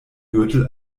gürtel